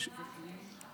מתלונה של האישה?